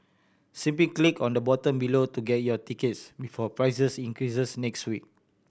simply click on the button below to get your tickets before prices increases next week